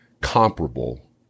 comparable